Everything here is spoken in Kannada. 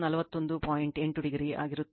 8o ಆಗಿರುತ್ತದೆ